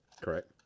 correct